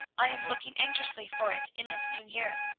i am looking anxiously for it in this new year.